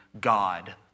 God